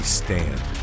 stand